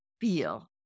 feel